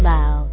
Loud